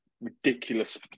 ridiculous